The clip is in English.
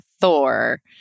Thor